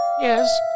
Yes